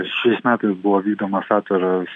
šiais metais buvo vykdomas atviras